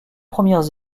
premières